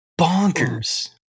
Bonkers